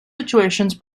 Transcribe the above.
stations